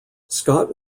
scott